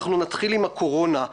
אנחנו נתחיל עם הקורונה,